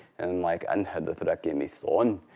and like anha dothrak kemisoon,